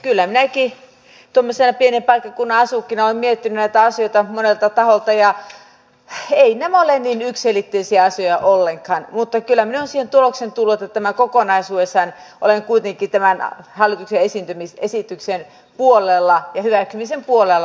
kyllä minäkin tällaisena pienen paikkakunnan asukkina olen miettinyt näitä asioita monelta taholta ja eivät nämä ole niin yksiselitteisiä asioita ollenkaan mutta kyllä minä olen siihen tulokseen tullut että tämä kokonaisuudessaan on sellainen että olen kuitenkin tämän hallituksen esityksen puolella ja hyväksymisen puolella